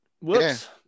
whoops